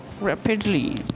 rapidly